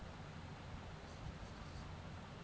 কারুর লামে চ্যাক লিখে দিঁলে সেটকে থামালো যায়